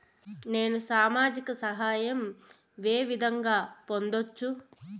నేను సామాజిక సహాయం వే విధంగా పొందొచ్చు?